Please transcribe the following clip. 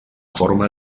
forma